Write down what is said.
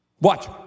watch